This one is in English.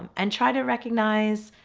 um and try to recognize